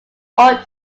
all